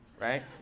right